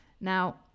Now